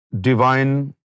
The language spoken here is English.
Divine